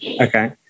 Okay